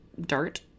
dirt